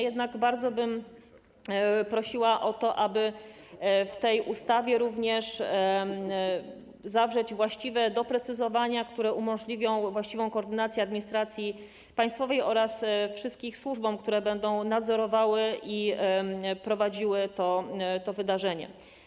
Jednak bardzo bym prosiła o to, aby w tej ustawie zawrzeć również właściwe doprecyzowania, które umożliwią właściwą koordynację administracji państwowej oraz wszystkich służb, które będą nadzorowały i prowadziły to wydarzenie.